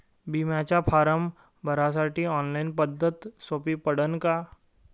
बिम्याचा फारम भरासाठी ऑनलाईन पद्धत सोपी पडन का?